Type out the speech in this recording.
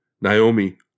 Naomi